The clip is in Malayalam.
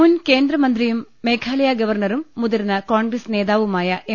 മുൻ കേന്ദ്രമന്ത്രിയും മേഘാലയ ഗവർണ്ണറും മുതിർന്ന കോൺഗ്രസ് നേതാവുമായ എം